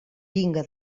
vinga